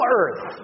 earth